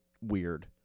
weird